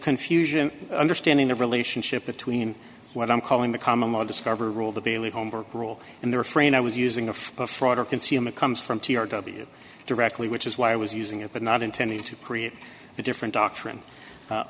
confusion understanding the relationship between what i'm calling the common law discover rule the daily homework rule and the refrain i was using of fraud or concealment comes from t r w directly which is why i was using it but not intended to create a different doctrine